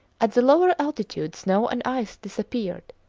at the lower altitude snow and ice disappeared.